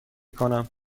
کنم